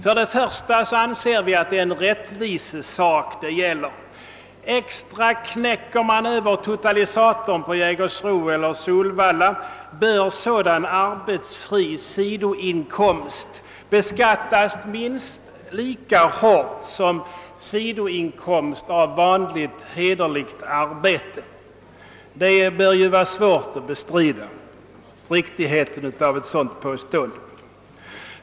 För det första anser vi att det gäller en rättvisesak. Extraknäcker man över totalisatorn på Jägersro eller Solvalla borde sådan arbetsfri sidoinkomst beskattas minst lika hårt som sidoinkomst av vanligt hederligt arbete. Det är ju svårt att bestrida riktigheten av ett sådant påstående.